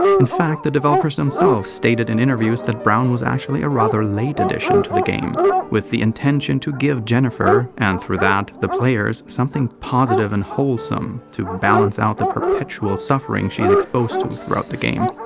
in fact, the developers themselves stated in interviews that brown was actually a rather late addition to the game with the intention to give jennifer and through that, the players something positive and wholesome, to balance out the perpetual suffering she's exposed to throughout the game.